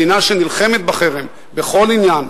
מדינה שנלחמת בחרם בכל עניין,